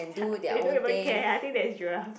ya they don't even care I think that's Joel